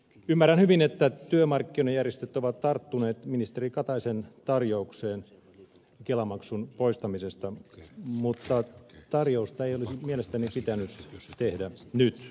ymmärrän hyvin että työmarkkinajärjestöt ovat tarttuneet ministeri kataisen tarjoukseen kelamaksun poistamisesta mutta tarjousta ei olisi mielestäni pitänyt tehdä nyt